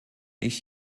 ich